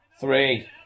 three